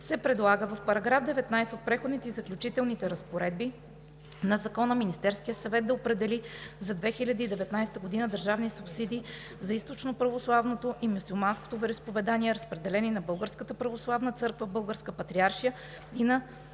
се предлага в § 19 от Преходните и заключителните разпоредби на Закона Министерският съвет да определи за 2019 г. държавни субсидии за източноправославното и мюсюлманското вероизповедание, разпределени на Българската православна църква – Българска патриаршия, и на